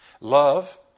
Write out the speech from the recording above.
Love